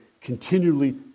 continually